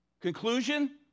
Conclusion